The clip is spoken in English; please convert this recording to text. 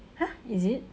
!huh! is it